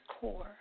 core